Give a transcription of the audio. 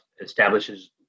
establishes